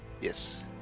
Yes